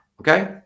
Okay